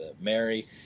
mary